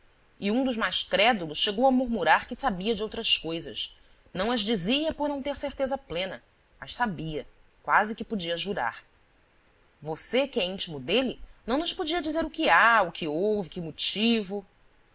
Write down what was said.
e um dos mais crédulos chegou a murmurar que sabia de outras coisas não as dizia por não ter certeza plena mas sabia quase que podia jurar você que é íntimo dele não nos podia dizer o que há o que houve que motivo